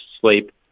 sleep